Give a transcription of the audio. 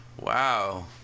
wow